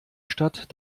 stadt